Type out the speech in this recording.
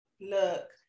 Look